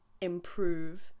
improve